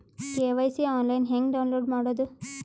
KYC online ಹೆಂಗ್ download ಮಾಡೋದು?